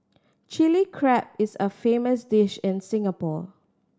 Chilli Crab is a famous dish in Singapore